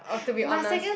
uh to be honest